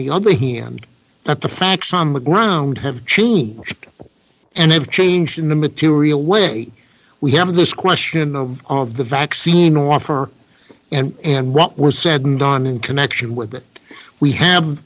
the other here at the facts on the ground have changed and have changed in the material way we have this question of the vaccine or for and what was said and done in connection with that we have